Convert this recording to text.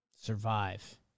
Survive